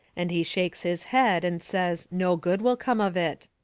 and he shakes his head and says no good will come of it.